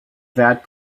that